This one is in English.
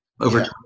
over